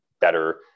better